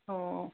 ꯑꯣ